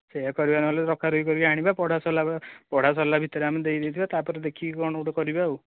ସେୟା କରିବା ନହେଲେ ରଖା ରଖି କରିକି ଆଣିବା ପଢା ସରିଲା ପରେ ପଢା ସରିଲା ଭିତରେ ଆମେ ଦେଇଦେଇଥିବା ତା'ପରେ ଦେଖିକି କ'ଣ ଗୋଟେ କରିବା ଆଉ